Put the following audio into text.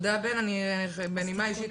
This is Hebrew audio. בנימה אישית,